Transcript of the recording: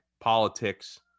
politics